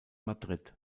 madrid